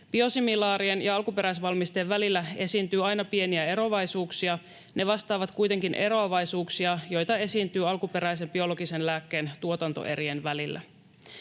Biosimilaarien ja alkuperäisvalmisteen välillä esiintyy aina pieniä eroavaisuuksia — ne vastaavat kuitenkin eroavaisuuksia, joita esiintyy alkuperäisen biologisen lääkkeen tuotantoerien välillä.